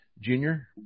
Junior